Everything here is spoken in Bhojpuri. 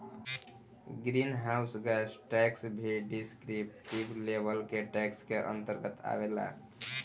ग्रीन हाउस गैस टैक्स भी डिस्क्रिप्टिव लेवल के टैक्स के अंतर्गत आवेला